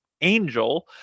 Angel